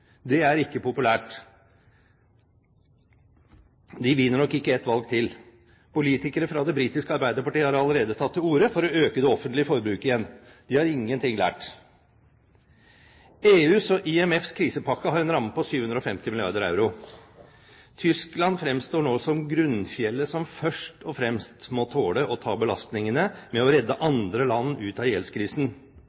Det er ikke populært. De vinner nok ikke et valg til. Politikere fra det britiske arbeiderpartiet har allerede tatt til orde for å øke det offentlige forbruket igjen. De har ingenting lært. EUs og IMFs krisepakke har en ramme på 750 mrd. euro. Tyskland fremstår nå som grunnfjellet som først og fremst må tåle å ta belastningene med å redde